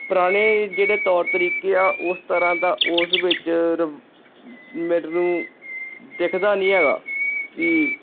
ਪੁਰਾਣੇ ਜਿਹੜੇ ਤੌਰ ਤਰੀਕੇ ਆ ਉਸ ਤਰ੍ਹਾਂ ਦਾ ਉਸ ਵਿੱਚ ਰ ਮੈਨੂੰ ਦਿਖਦਾ ਨਹੀਂ ਹੈਗਾ ਕਿ